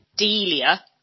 Delia